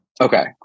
okay